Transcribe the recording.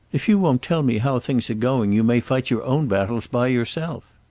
if you won't tell me how things are going you may fight your own battles by yourself.